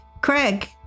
Craig